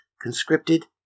Conscripted